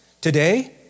Today